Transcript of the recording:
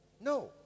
No